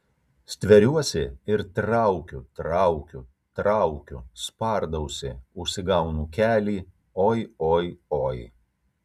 stveriuosi ir traukiu traukiu traukiu spardausi užsigaunu kelį oi oi oi